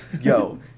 yo